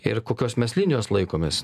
ir kokios mes linijos laikomės